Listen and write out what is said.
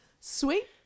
sweet